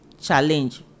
challenge